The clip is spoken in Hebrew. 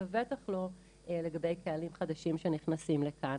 בטח לא לגבי קהלים חדשים שנכנסים לכאן.